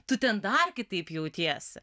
tu ten dar kitaip jautiesi